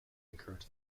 encouraged